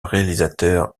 réalisateur